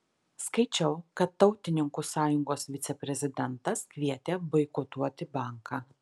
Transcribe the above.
skaičiau kad tautininkų sąjungos viceprezidentas kvietė boikotuoti banką